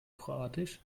kroatisch